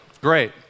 Great